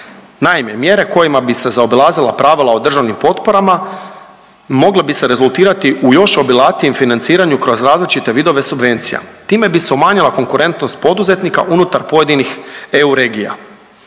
Naime, mjere kojima bi se zaobilazila pravila o državnim potporama mogle bi se rezultirati u još obilatijem financiranju kroz različite vidove subvencija. Time bi se umanjila konkurentnost poduzetnika unutar pojedinih eu regija.